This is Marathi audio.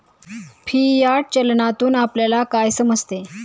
फियाट चलनातून आपल्याला काय समजते?